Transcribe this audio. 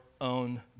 own